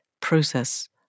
process